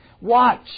watch